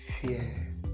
fear